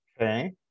okay